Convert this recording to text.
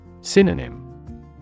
Synonym